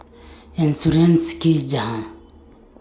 Insurance की जाहा?